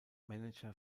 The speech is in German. manager